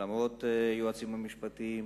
למרות היועצים המשפטיים.